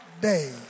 day